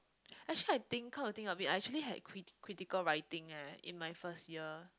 actually I think come to think of it I actually had crit~ critical writing eh in my first year